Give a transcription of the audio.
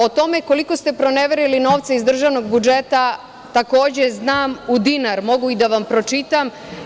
O tome koliko ste proneverili novca iz državnog budžeta, takođe znam u dinar, i mogu da vam pročitam.